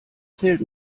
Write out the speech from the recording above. zählt